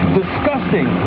disgusting